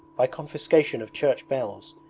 by confiscation of church bells,